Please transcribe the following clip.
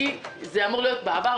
כי זה אמור להיות בעבר,